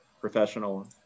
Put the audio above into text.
professional